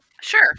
Sure